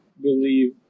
believe